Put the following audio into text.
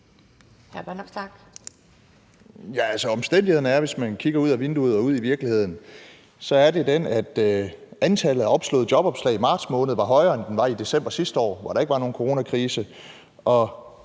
virkeligheden, at antallet af opslåede jobopslag i marts måned var højere, end det var i december sidste år, hvor der ikke var nogen coronakrise.